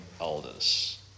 elders